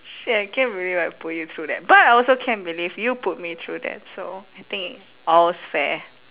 shit I can't believe I put you through that but I also can't believe you put me through that so I think all's fair